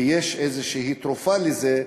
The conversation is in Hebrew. ויש איזושהי תרופה לזה,